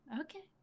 Okay